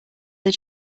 they